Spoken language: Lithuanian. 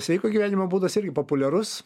sveiko gyvenimo būdas irgi populiarus